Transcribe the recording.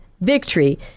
victory